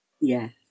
Yes